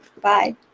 Bye